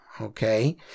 Okay